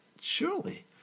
surely